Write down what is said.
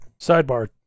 Sidebar